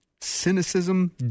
cynicism